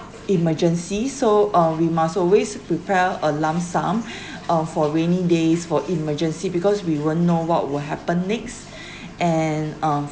emergency so uh we must always prepare a lump sum or for rainy days for emergency because we won't know what will happen next and on